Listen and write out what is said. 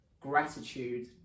gratitude